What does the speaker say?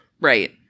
Right